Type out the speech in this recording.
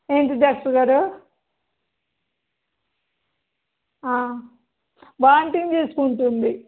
ఏంటి డాక్టర్ గారు వామిటింగ్ చేసుకుంటుంది